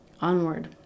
Onward